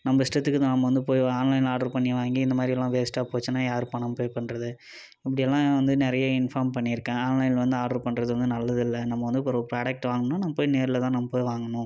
நம்ம இஷ்டத்துக்கு நம்ம வந்து போயி ஆன்லைனில் ஆட்ரு பண்ணி வாங்கி இந்தமாதிரியெல்லாம் வேஸ்ட்டாக போச்சுன்னால் யாரு பணம் பே பண்றது இப்படியெல்லாம் வந்து நிறைய இன்ஃபாம் பண்ணியிருக்கேன் ஆன்லைனில் வந்து ஆட்ரு பண்றது வந்து நல்லதில்லை நம்ம வந்து இப்போ ஒரு ப்ராடெக்ட் வாங்கினா நம்ம போயி நேரில்தான் நம்ம போயி வாங்கணும்